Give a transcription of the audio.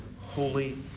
holy